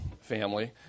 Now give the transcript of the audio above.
family